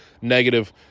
negative